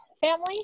family